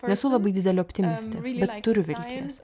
nesu labai didelė optimistė bei turiu vilties